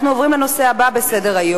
אנחנו עוברים לנושא הבא בסדר-היום.